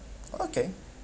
okay